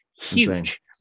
huge